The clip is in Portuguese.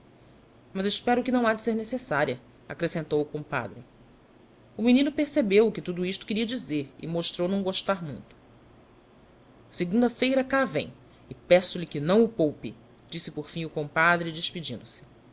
mas espero que não ha de ser necessária accrescentou o compadre o menino percebeu o que tudo isto queria dizer e mostrou não gostar muito segunda-feira cá vem e peço-lhe que não o poupe disse por fim o compadre despedindo-se